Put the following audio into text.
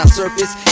surface